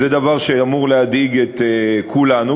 זה דבר שאמור להדאיג את כולנו.